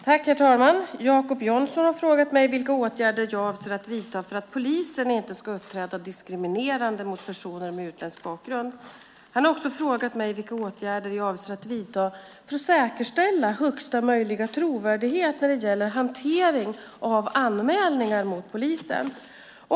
Herr talman! Jacob Johnson har frågat mig vilka åtgärder jag avser att vidta för att polisen inte ska uppträda diskriminerande mot personer med utländsk bakgrund. Han har också frågat mig vilka åtgärder jag avser att vidta för att säkerställa högsta möjliga trovärdighet när det gäller hanteringen av anmälningar mot polisen.